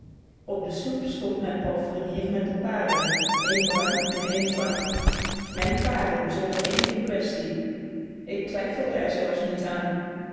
op de stoep stond mijn palfrenier met de paarden een bruin en een zwart mijn paarden zonder eenige quaestie ik twijfelde er zelfs niet aan